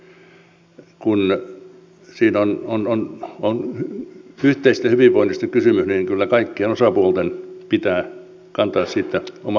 kun siinä on yhteisestä hyvinvoinnista kysymys niin kyllä kaikkien osapuolten pitää kantaa siitä oma vastuunsa